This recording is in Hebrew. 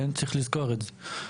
צריך לזכור את זה.